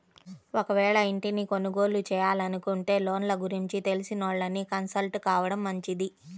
ఒకవేళ ఇంటిని కొనుగోలు చేయాలనుకుంటే లోన్ల గురించి తెలిసినోళ్ళని కన్సల్ట్ కావడం మంచిది